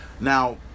Now